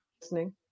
listening